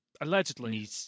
Allegedly